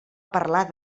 parlar